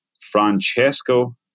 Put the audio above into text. Francesco